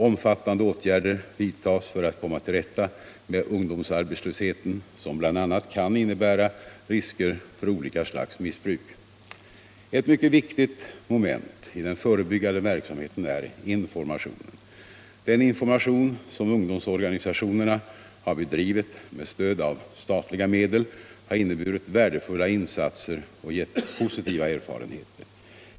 Omfattande åtgärder vidtas för att komma till rätta med ungdomsarbetslösheten, som bl.a. kan innebära risker för olika slags missbruk. Ett mycket viktigt moment i den förebyggande verksamheten är informationen. Den information som ungdomsorganisationerna har bedrivit med stöd av statliga medel har inneburit värdefulla insatser och gett positiva erfarenheter.